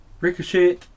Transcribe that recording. Ricochet